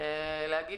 ולהגיד